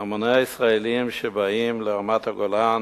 המוני הישראלים שבאים לרמת-הגולן